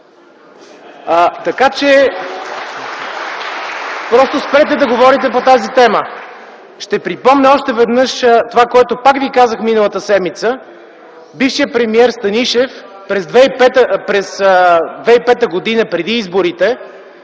Така че просто спрете да говорите по тази тема. Ще припомня още веднъж това, което пак ви казах миналата седмица – бившият премиер Станишев през 2005 г., преди изборите,